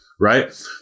right